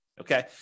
Okay